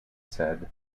said